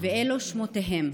ואלו שמותיהם: